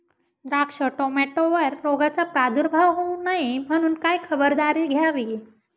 द्राक्ष, टोमॅटोवर रोगाचा प्रादुर्भाव होऊ नये म्हणून काय खबरदारी घ्यावी?